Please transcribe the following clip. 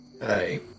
hey